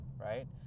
Right